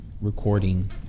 recording